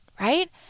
right